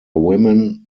women